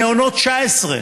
מעונות 2019,